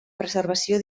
preservació